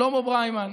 שלמה בריימן,